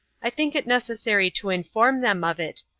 i think it necessary to inform them of it,